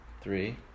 Three